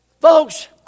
Folks